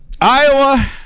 Iowa